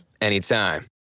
anytime